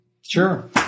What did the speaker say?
Sure